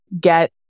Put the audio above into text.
get